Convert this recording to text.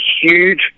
huge